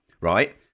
Right